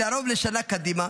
ההחלטה היא לרוב לשנה קדימה,